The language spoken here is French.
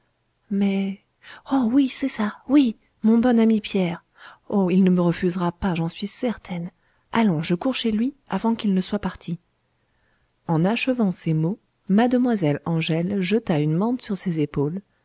mais oh oui c'est ça oui mon bon ami pierre oh il ne me refusera pas j'en suis certaine allons je cours chez lui avant qu'il ne soit parti en achevant ces mots mademoiselle angèle jeta une mante sur ses épaules